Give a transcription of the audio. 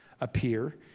appear